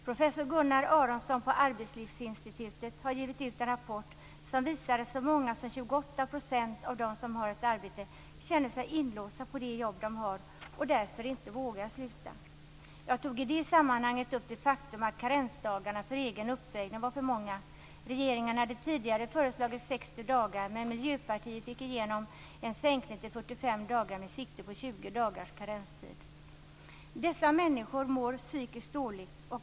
Professor Gunnar Aronsson på Arbetslivsinstitutet har gett ut en rapport som visar att så mycket som 28 % av dem som har ett arbete känner sig inlåsta på det jobb de har och därför inte vågar sluta. Jag tog i det sammanhanget upp det faktum att karensdagarna för egen uppsägning var för många. Regeringen hade tidigare föreslagit 60 dagar men Miljöpartiet fick igenom en sänkning till 45 dagar med sikte på 20 dagars karenstid. Dessa människor mår psykiskt dåligt.